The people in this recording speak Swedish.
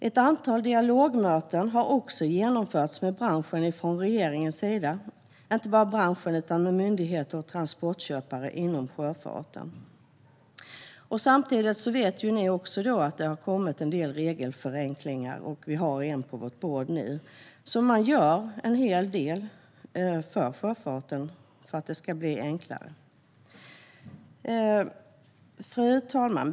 Regeringen har för övrigt genomfört ett antal dialogmöten med branschen, myndigheter och transportköpare inom sjöfarten. Ni vet också att det har kommit ett antal regelförenklingar, och en sådan har vi nu på vårt bord. Regeringen gör alltså en hel del för att det ska bli enklare för sjöfarten. Fru talman!